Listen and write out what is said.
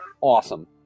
awesome